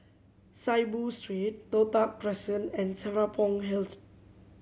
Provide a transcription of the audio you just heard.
Saiboo Street Toh Tuck Crescent and Serapong Hill Road